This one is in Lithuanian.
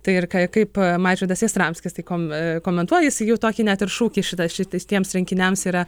tai ir ką kaip mažvydas jastramskis tai kom komentuoja jisai jau tokį net ir šūkį šitą šitais tiems rinkiniams yra